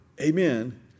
amen